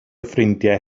ffrindiau